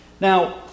Now